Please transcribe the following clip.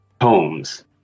homes